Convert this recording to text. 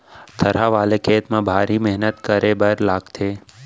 थरहा वाले खेत म भारी मेहनत करे बर लागथे